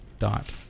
dot